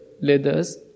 leathers